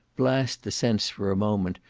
blast the sense for a moment,